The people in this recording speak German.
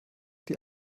die